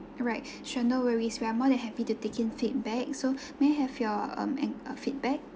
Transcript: alright sure no worries we are more than happy to taking feedback so may I have your um and uh feedback